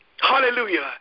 Hallelujah